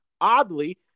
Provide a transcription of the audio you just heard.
Oddly